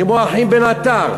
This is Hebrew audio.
כמו האחים בן-עטר,